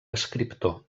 escriptor